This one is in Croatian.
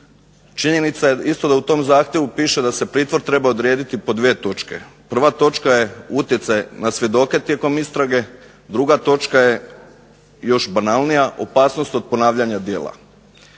Činjenica je isto da u tom zahtjevu piše da se pritvor treba odrediti po dvije točke. Prva točka je utjecaj na svjedoke tijekom istrage. Druga točka je još banalnija opasnost od ponavljanja djela.